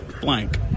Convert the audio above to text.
blank